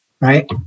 right